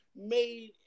made